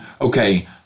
okay